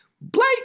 Blake